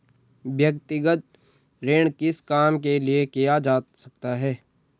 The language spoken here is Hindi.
व्यक्तिगत ऋण किस काम के लिए किया जा सकता है?